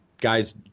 guys –